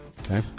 Okay